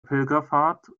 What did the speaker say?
pilgerpfad